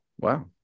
wow